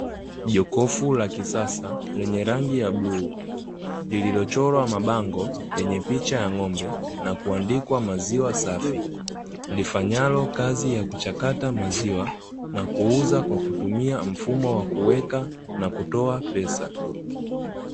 Jokofu la kisasa lenye rangi ya bluu, lililochorwa mabango yenye picha ya ng'ombe, na kuandikwa maziwa safi, lifanyalo kazi ya kuchakata maziwa na kuuza kwa kutumia mfumo wa kuweka na kutoa pesa.